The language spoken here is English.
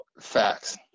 facts